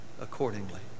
accordingly